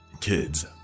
Kids